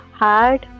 hard